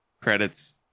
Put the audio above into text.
credits